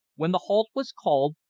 when the halt was called,